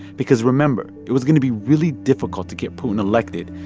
because, remember, it was going to be really difficult to get putin elected,